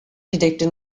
detected